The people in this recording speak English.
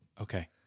Okay